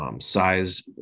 Size